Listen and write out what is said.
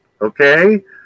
okay